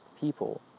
people